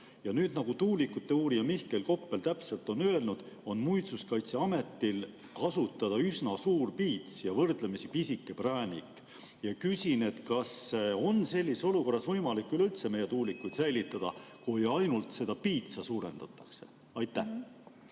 ei ole. Nagu tuulikute uurija Mihkel Koppel tabavalt on öelnud, on Muinsuskaitseametil kasutada üsna suur piits ja võrdlemisi pisike präänik. Kas on sellises olukorras võimalik üleüldse meie tuulikuid säilitada, kui ainult seda piitsa suurendatakse? Aitäh